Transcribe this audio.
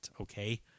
Okay